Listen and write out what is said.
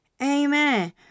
Amen